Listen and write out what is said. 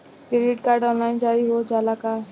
Credit card online जारी हो जाला का?